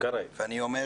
אני לא